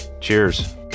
Cheers